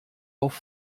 auf